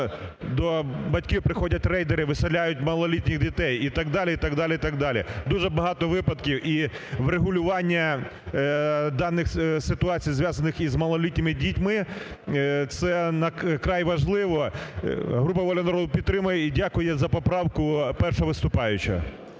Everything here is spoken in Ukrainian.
до батьків приходять рейдери, виселяють малолітніх дітей і так далі, і так далі. Дуже багато випадків і врегулювання даних ситуацій, зв'язаних із малолітними дітьми, це край важливо. Група "Воля народу" підтримає і дякує за поправку першого виступаючого.